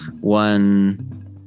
one